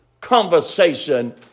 conversation